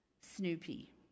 Snoopy